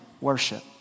worship